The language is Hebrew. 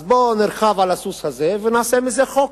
אז בוא נרכב על הסוס הזה ונעשה מזה חוק.